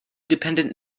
dependent